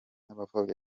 bakanapfobya